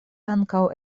ankaŭ